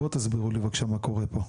בואו תסבירו לי בבקשה מה קורה פה?